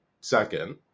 second